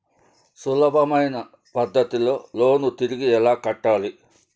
సులభమైన పద్ధతిలో లోను తిరిగి ఎలా కట్టాలి